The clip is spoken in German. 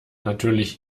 natürlich